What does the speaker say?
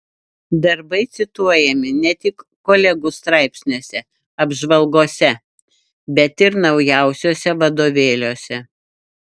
darbai cituojami ne tik kolegų straipsniuose apžvalgose bet ir naujausiuose vadovėliuose